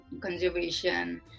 conservation